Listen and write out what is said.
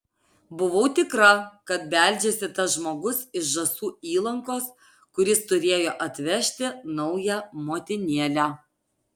buvau tikra kad beldžiasi tas žmogus iš žąsų įlankos kuris turėjo atvežti naują motinėlę